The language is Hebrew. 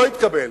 לא התקבל.